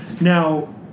Now